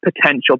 potential